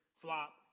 Flop